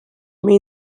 main